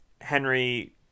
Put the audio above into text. Henry